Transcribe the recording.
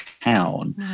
town